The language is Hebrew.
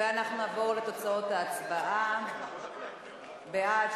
ואנחנו נעבור לתוצאות ההצבעה: בעד,